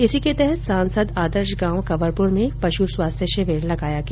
इसी के तहत सांसद आदर्श गांव कवरपुर में पशु स्वास्थ्य शिविर लगाया गया